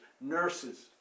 nurses